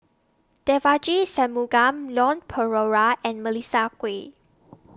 Devagi Sanmugam Leon Perera and Melissa Kwee